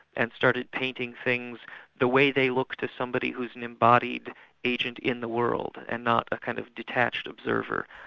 and started painting things the way they looked to somebody who's an embodied agent in the world and not a kind of detached observer.